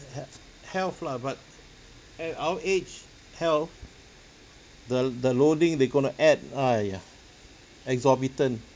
hea~ health lah but at our age health the the loading they going to add !aiya! exorbitant